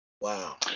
Wow